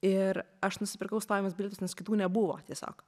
ir aš nusipirkau stovimus bilietus nes kitų nebuvo tiesiog